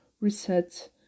reset